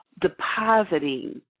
depositing